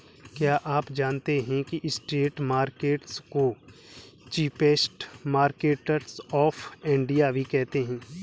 क्या आप जानते है स्ट्रीट मार्केट्स को चीपेस्ट मार्केट्स ऑफ इंडिया भी कहते है?